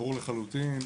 ברור לחלוטין.